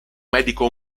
medico